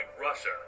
Russia